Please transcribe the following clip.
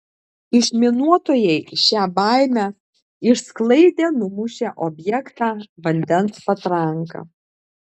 išminuotojai šią baimę išsklaidė numušę objektą vandens patranka